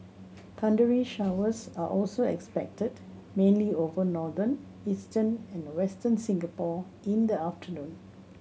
thundery showers are also expected mainly over northern eastern and Western Singapore in the afternoon